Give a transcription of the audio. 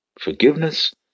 Forgiveness